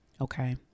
okay